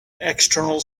external